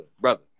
brother